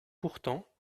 pourtant